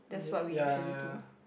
ya ya ya ya